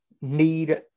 need